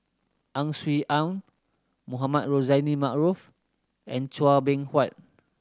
Ang Swee Aun Mohamed Rozani Maarof and Chua Beng Huat